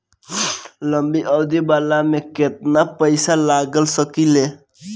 लंबी अवधि वाला में केतना पइसा लगा सकिले?